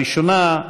הראשונה,